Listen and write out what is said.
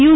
you